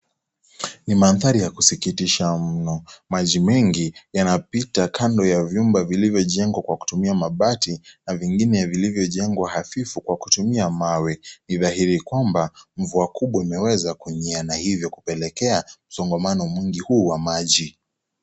Ni mandhari ya kusikitisha mno. Maji mengi yanapita kando ya vyumba vilivyojengwa kwa kutumia mabati na vingine vilivyojengwa hafifu kwa kutumia mawe. Ni dhahiri kwamba, mvua kubwa imeweza kunyea na hivyo, kupelekea msongano mkubwa huu wa maji.